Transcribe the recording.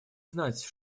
знать